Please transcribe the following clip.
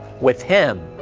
with him,